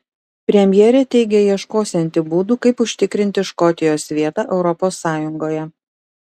premjerė teigia ieškosianti būdų kaip užtikrinti škotijos vietą europos sąjungoje